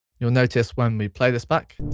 you'll notice when we play this back,